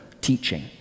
teaching